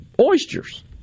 oysters